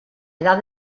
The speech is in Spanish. edad